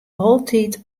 altyd